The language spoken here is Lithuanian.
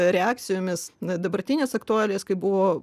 reakcijomis na dabartinės aktualijas kai buvo